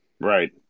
Right